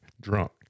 Drunk